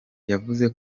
yavuze